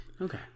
Okay